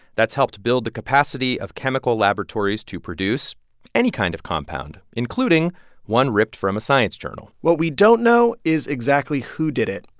that's helped build the capacity of chemical laboratories to produce any kind of compound, including one ripped from a science journal what we don't know is exactly who did it,